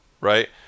Right